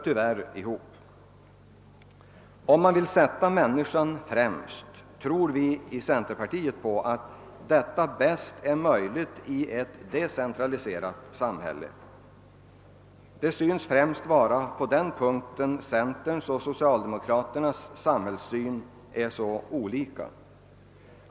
Vi tror i centerpartiet att man bäst uppnår målet att sätta människan främst genom ett decentraliserat samhälle. Det synes främst vara på denna punkt som centerns och socialdemokraternas samhällssyn skiljer sig.